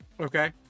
okay